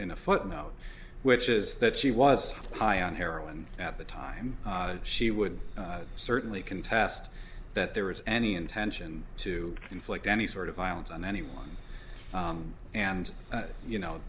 in a footnote which is that she was high on heroin at the time she would certainly contest that there was any intention to inflict any sort of violence on anyone and you know